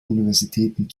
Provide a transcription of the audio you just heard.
universitäten